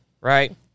right